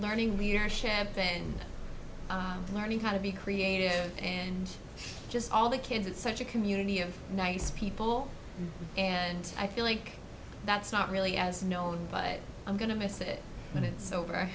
learning leadership and learning how to be creative and just all the kids it's such a community of nice people and i feel like that's not really as known but i'm going to miss it when it's over